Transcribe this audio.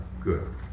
Good